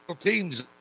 teams